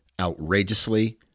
outrageously